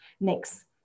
Next